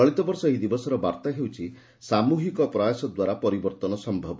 ଚଳିତବର୍ଷ ଏହି ଦିବସର ବାର୍ଭା ହେଉଛି 'ସାମୃହିକ ପ୍ରୟାସ ଦ୍ୱାରା ପରିବର୍ଭନ ସମ୍ଭବ